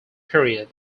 period